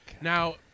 Now